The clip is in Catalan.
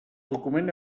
document